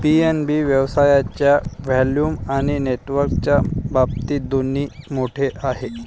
PNB व्यवसायाच्या volume आणि नेटवर्कच्या बाबतीत दोन्ही मोठे आहे